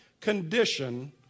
condition